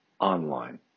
online